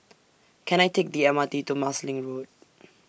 Can I Take The M R T to Marsiling Road